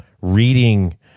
reading